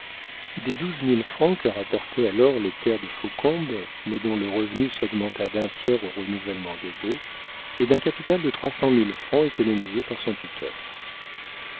douze mille francs que rapportaient alors les terres de faucombe mais dont le revenu s'augmenta d'un tiers au renouvellement des baux et d'un capital de trois cent mille francs économisé par son tuteur